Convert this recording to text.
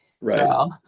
right